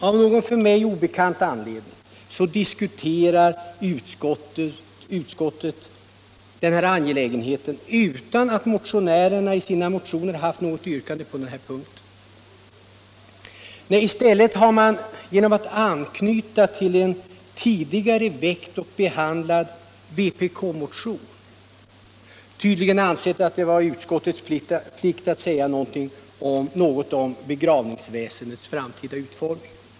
Av någon för mig obekant orsak diskuterar utskottet denna angelägenhet, fastän motionärerna i sina motioner inte har något yrkande på den punkten. I stället har utskottet genom att anknyta till en tidigare väckt och behandlad vpk-motion tydligen ansett det vara sin plikt att säga något om begravningsväsendets framtida utformning.